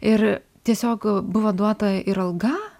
ir tiesiog buvo duota ir alga